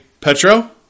Petro